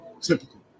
Typical